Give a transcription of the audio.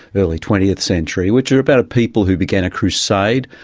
early twentieth century, which are about people who began a crusade,